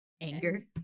Anger